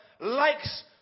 likes